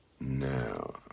now